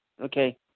Okay